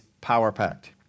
power-packed